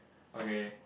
okay